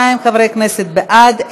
32 חברי כנסת בעד,